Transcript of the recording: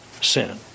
sin